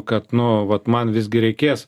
kad nu vat man visgi reikės